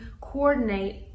coordinate